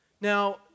Now